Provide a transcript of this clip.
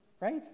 right